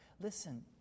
Listen